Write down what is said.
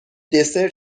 دسر